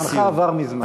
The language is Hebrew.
זמנך עבר מזמן.